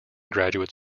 graduate